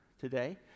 today